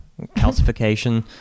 Calcification